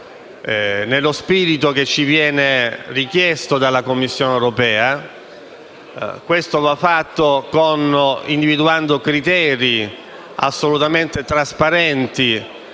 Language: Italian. nello spirito che ci viene richiesto dalla Commissione europea. Questo va fatto individuando criteri assolutamente trasparenti